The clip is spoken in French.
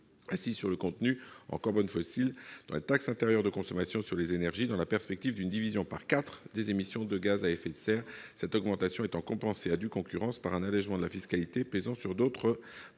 assise sur le contenu en carbone fossile, dans les taxes intérieures de consommation sur les énergies, dans la perspective d'une division par quatre des émissions de gaz à effet de serre, cette augmentation étant compensée, à due concurrence, par un allègement de la fiscalité pesant sur d'autres produits,